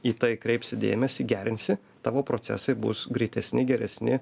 į tai kreipsi dėmesį gerinsi tavo procesai bus greitesni geresni